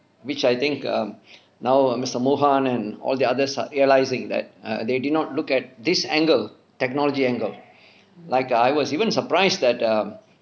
which I think um now err mister mohan and all the others are realising that err they did not look at this angle technology angle like I was even surprised that um